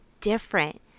different